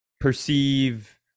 perceive